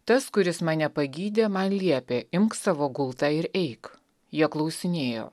tas kuris mane pagydė man liepė imk savo gultą ir eik jie klausinėjo